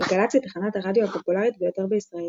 גלגלצ היא תחנת הרדיו הפופולרית ביותר בישראל,